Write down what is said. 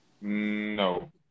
No